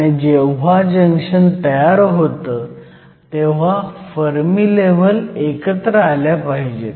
आणि जेव्हा जंक्शन तयार होतं तेव्हा फर्मी लेव्हल एकत्र आल्या पाहिजेत